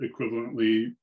equivalently